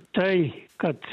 tai kad